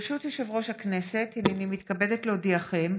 ברשות יושב-ראש הכנסת, הינני מתכבדת להודיעכם,